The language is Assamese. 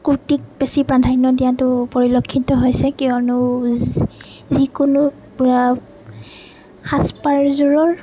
কুৰ্টিক বেছি প্ৰাধান্য দিয়াটো পৰিলক্ষিত হৈছে কিয়নো যিকোনো সাজ পাৰযোৰৰ